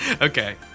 Okay